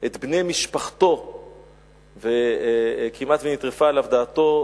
את בני משפחתו וכמעט ונטרפה עליו דעתו,